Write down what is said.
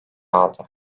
aldı